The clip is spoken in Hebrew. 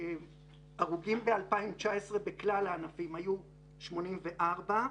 הרוגים ב-2019 בכלל הענפים היו 84,